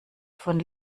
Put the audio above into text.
von